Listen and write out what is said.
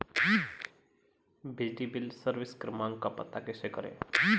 बिजली bill service क्रमांक का पता कैसे करें?